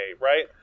right